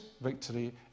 victory